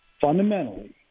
Fundamentally